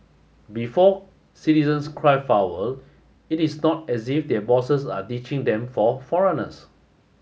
before citizens cry foul it is not as if their bosses are ditching them for foreigners